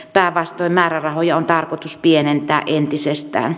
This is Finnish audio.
päinvastoin määrärahoja on tarkoitus pienentää entisestään